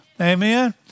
Amen